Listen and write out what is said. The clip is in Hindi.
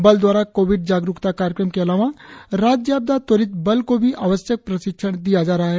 बल द्वारा कोविड जागरुकता कार्यक्रम के अलावा राज्य आपदा त्वरित बल को भी आवश्यक प्रशिक्षण दिया जा रहा है